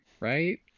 Right